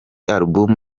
album